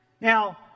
Now